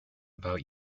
about